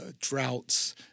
droughts